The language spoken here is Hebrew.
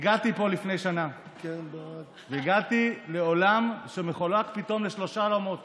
הגעתי פה לפני שנה והגעתי לעולם שמחולק פתאום לשלושה עולמות